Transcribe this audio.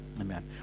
Amen